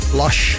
lush